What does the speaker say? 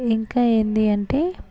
ఇంకా ఏంటీ అంటే